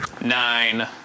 Nine